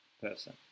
person